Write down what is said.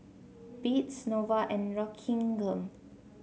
Beats Nova and Rockingham